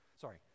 Sorry